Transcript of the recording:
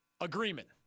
agreement